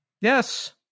Yes